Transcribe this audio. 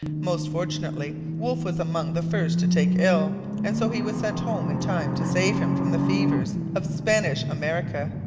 most fortunately, wolfe was among the first to take ill and so he was sent home in time to save him from the fevers of spanish america.